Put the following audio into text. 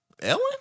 Ellen